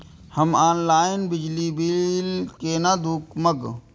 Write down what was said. हम ऑनलाईन बिजली बील केना दूखमब?